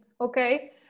Okay